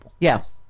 Yes